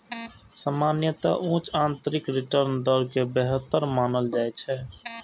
सामान्यतः उच्च आंतरिक रिटर्न दर कें बेहतर मानल जाइ छै